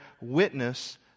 witness